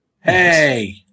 Hey